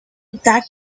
that